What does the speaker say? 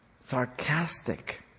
sarcastic